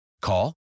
Call